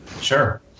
Sure